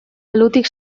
alutik